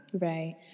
Right